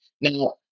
Now